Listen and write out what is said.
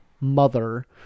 mother